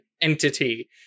entity